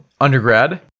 undergrad